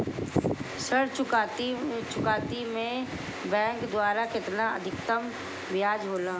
ऋण चुकौती में बैंक द्वारा केतना अधीक्तम ब्याज होला?